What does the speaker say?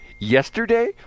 Yesterday